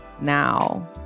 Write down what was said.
now